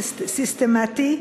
סיסטמטי,